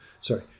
Sorry